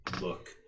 look